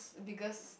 biggest